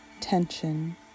tension